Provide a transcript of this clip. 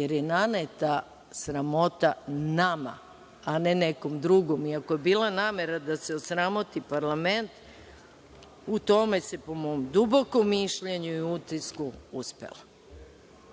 jer je naneta sramota nama, a ne nekom drugom i ako je bila namera da se osramoti parlament u tome se po mom dubokom mišljenju i utisku